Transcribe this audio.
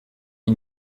une